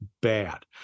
bad